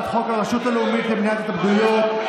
נכון.